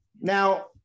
Now